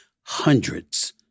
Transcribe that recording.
hundreds